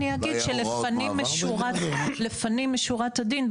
אני אגיד שלפנים משורת הדין,